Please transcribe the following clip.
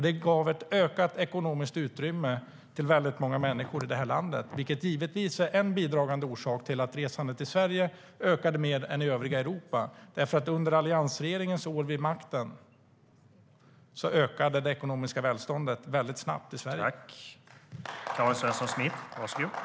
Det gav ett ökat ekonomiskt utrymme till väldigt många människor i det här landet, vilket givetvis är en bidragande orsak till att resandet i Sverige ökade mer än i övriga Europa.